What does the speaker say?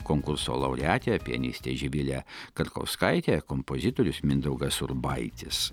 konkurso laureatė pianistė živilė karkauskaitė kompozitorius mindaugas urbaitis